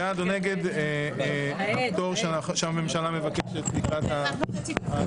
על בעד או נגד הפטור שהממשלה מבקשת לקראת המליאה.